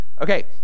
Okay